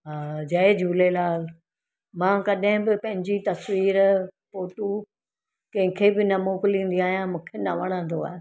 जय झूलेलाल मां कॾहिं बि पंहिंजी तस्वीर फ़ोटू कहिंखे बि न मोकिलिंदी आहियां मूंखे न वणंदो आहे